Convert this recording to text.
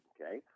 Okay